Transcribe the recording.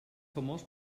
famós